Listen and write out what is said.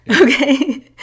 okay